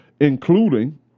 including